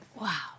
Wow